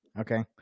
okay